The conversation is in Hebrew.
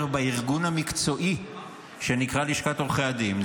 בארגון המקצועי שנקרא "לשכת עורכי הדין".